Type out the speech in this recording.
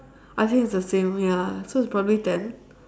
I think it's the same ya so it's probably ten